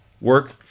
work